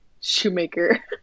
Shoemaker